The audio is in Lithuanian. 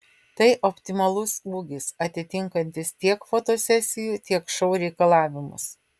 tai optimalus ūgis atitinkantis tiek fotosesijų tiek šou reikalavimus